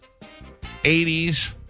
80s